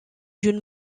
d’une